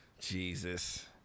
Jesus